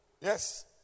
Yes